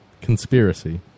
Conspiracy